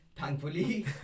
Thankfully